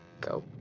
go